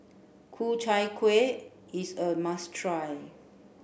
Ku Chai Kueh is a must try